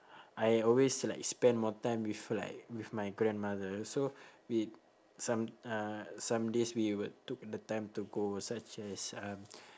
I always like spend more time with like with my grandmother so we some uh some days we would took the time to go such as um